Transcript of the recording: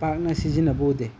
ꯄꯥꯛꯅ ꯁꯤꯖꯤꯟꯅꯕ ꯎꯗꯦ